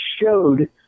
showed